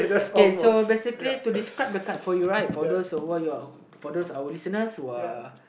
okay so basically to describe the card for you right for those over here for those our listeners who are